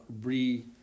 re